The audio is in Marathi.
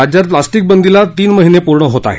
राज्यात प्लॅस्टिक बंदीला तीन महिने पूर्ण होत आहेत